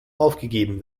aufgegeben